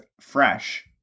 fresh